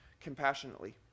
compassionately